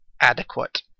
adequate